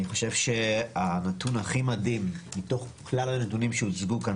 אני חושב שהנתון הכי מדהים מתוך כלל הנתונים שהוצגו כאן